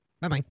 Bye-bye